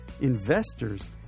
investors